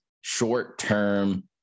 short-term